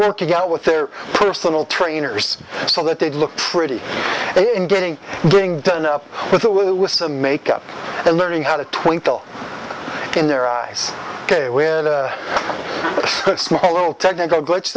go out with their personal trainers so that they'd look pretty in getting getting done up with the makeup and learning how to twinkle in their eyes ok when a small little technical glitch